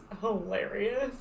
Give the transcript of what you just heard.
hilarious